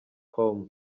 com